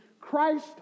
Christ